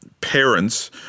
parents